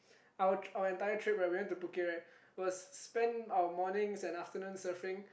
our our entire trip right we went to Phuket right was spend our mornings and afternoons surfing